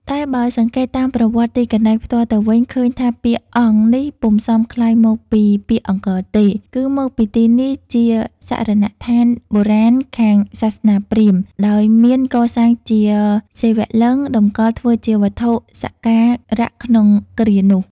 តែបើសង្កេត តាមប្រវត្តិទីកន្លែង ផ្ទាល់ទៅវិញ ឃើញថាពាក្យ "អង្គ" នេះពុំសមក្លាយមកពីពាក្យ "អង្គរ" ទេ គឺមកពីទីនេះជាសរណដ្ឋានបុរាណខាងសាសនាព្រាហ្មណ៍ដោយមានកសាងជាសិវលិង្គ តម្កល់ធ្វើជាវត្ថុសក្ការក្នុងគ្រានោះ ។